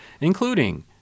including